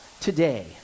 today